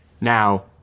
Now